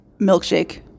milkshake